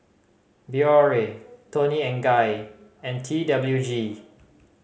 Biore Toni and Guy and T W G